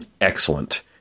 excellent